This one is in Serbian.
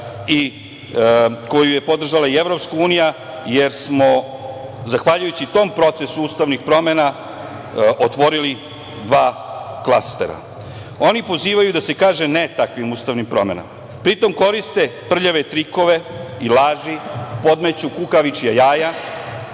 uz put su podržali i Venecijanska komisija i EU, jer smo zahvaljujući tom procesu ustavnih promena otvorili dva klastera. Oni pozivaju da se kaže ne takvim ustavnim promenama. Pri tom, koriste prljave trikove i laži, podmeću kukavičja jaja